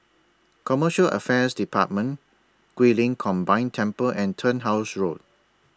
Commercial Affairs department Guilin Combined Temple and Turnhouse Road